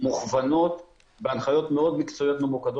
בין היתר גם בתקופת